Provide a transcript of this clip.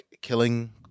killing